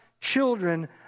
children